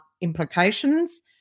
implications